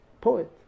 poet